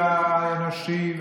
האנושי,